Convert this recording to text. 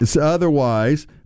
otherwise